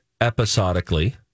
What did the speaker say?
episodically